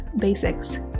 Basics